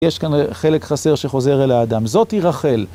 יש כאן חלק חסר שחוזר אל האדם, זאתי רחל.